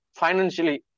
financially